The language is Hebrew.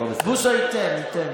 בוסו ייתן.